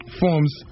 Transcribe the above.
forms